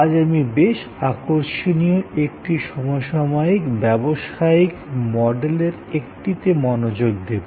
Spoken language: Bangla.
আজ আমি বেশ আকর্ষণীয় একটি সমসাময়িক ব্যবসায়িক মডেলগুলির একটিতে মনোযোগ দেব